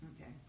okay